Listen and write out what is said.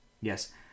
Yes